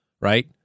right